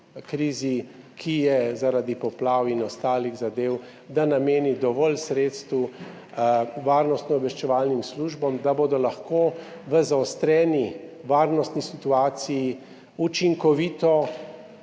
krizi, ki je zaradi poplav in ostalih zadev, nameni dovolj sredstev varnostno-obveščevalnim službam, da bodo lahko v zaostreni varnostni situaciji še naprej